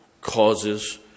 causes